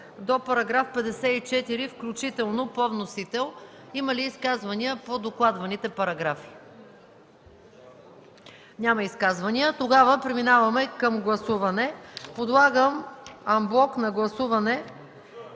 до 54 включително, по вносител. Има ли изказвания по докладваните параграфи? Няма изказвания. Преминаваме към гласуване. Подлагам анблок на гласуване